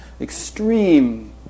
extreme